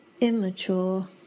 immature